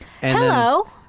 Hello